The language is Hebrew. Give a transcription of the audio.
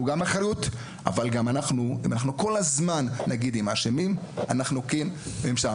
אבל אם אנחנו כל הזמן נגיד שהם אשמים זה לא יעזור.